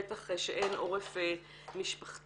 בטח כשאין עורף משפחתי.